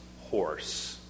horse